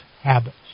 habits